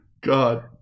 God